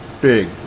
big